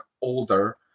older